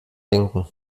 denken